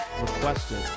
requested